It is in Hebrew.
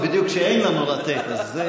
זה בדיוק, אין לנו לתת לו.